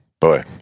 boy